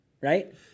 Right